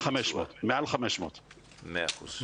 מעל 500. מאה אחוז.